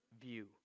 view